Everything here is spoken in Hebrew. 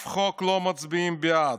"לאף חוק לא מצביעים בעד,